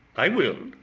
i will,